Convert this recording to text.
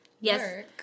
yes